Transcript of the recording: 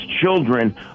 children